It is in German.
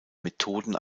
methoden